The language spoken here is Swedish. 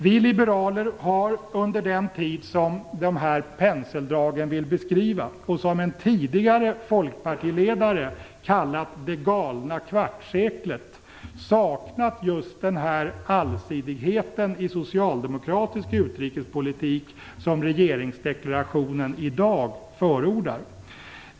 Vi liberaler har under den tid som beskrivs med dessa penseldrag, och som en tidigare folkpartiledare kallat "det galna kvartsseklet", saknat just den allsidighet i socialdemokratisk utrikespolitik som i dag förordas i regeringsdeklarationen.